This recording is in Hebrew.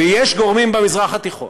ויש גורמים במזרח התיכון,